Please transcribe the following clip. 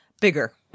Bigger